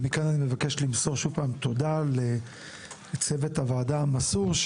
אני מבקש למסור שוב תודה לצוות הוועדה המסור,